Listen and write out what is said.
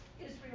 Israel